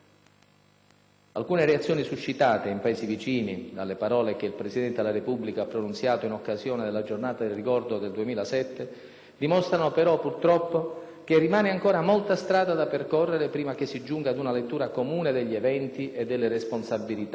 Alcune reazioni suscitate, in Paesi vicini, dalle parole che il Presidente della Repubblica ha pronunciato in occasione del «Giorno del ricordo» del 2007, dimostrano però, purtroppo, che rimane ancora molta strada da percorrere prima che si giunga ad una lettura comune degli eventi e delle responsabilità,